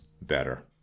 better